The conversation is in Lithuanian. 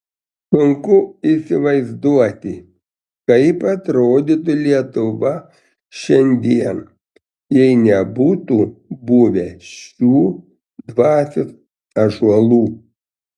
sunku įsivaizduoti kaip atrodytų lietuva šiandien jei nebūtų buvę šių dvasios ąžuolų